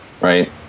right